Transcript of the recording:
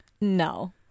No